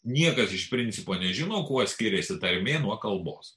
niekas iš principo nežino kuo skiriasi tarmė nuo kalbos